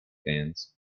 fans